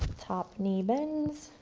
top knee bends.